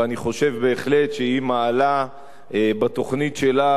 ואני חושב בהחלט שהיא מעלה בתוכנית שלה